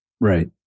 Right